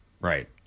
Right